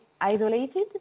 isolated